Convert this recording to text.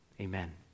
amen